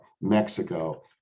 Mexico